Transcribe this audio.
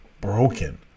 Broken